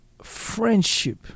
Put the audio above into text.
Friendship